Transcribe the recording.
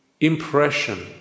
impression